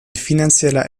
finanzieller